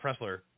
Pressler